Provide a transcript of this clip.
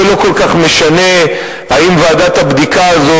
זה לא כל כך משנה אם ועדת הבדיקה הזו